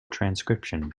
transcription